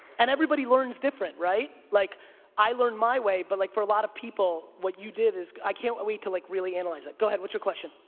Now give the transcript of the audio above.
and everybody learns different right? like i learn my way but like for a lot of people, what you did is, i can't wait to like really analyze it. go ahead, what's your question?